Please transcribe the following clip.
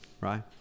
right